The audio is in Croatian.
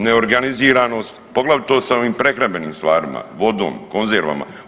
Neorganiziranost, poglavito sa ovim prehrambenim stvarima vodom, konzervama.